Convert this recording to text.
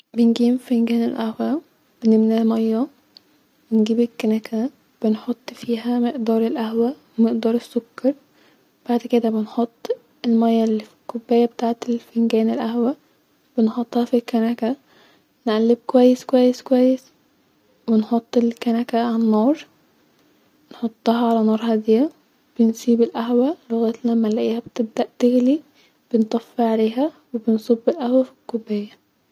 بنجيب فنجان القهوه-نملاه ميه-ونجيب الكنكه نحط فيها مقدار القهوه ومقدار السكر-وبعد كده بنحط الميه الي في الكوبايه بتاعت فنجان القهوه-بنحطها في الكنكه-نقلب كويس-كويس-كويس-ونحط الكنكه علي النار-نحطها علي نار هاديه-ونسيب القهوه لغايه لما نلاقيها بتبدء تغلي-بنطفي عليها وبنصب القهوه في الكوبايه